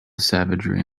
savagery